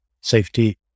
safety